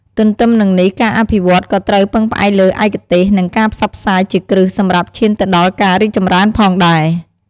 ទន្ទឹមនិងនេះ ការអភិវឌ្ឍន៍ក៏ត្រូវពឹងផ្អែកលើឯកទេស និងការផ្សព្វផ្សាយជាគ្រឹះសម្រាប់ឈានទៅដល់ការរីកចម្រើនផងដែរ។